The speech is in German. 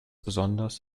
besonders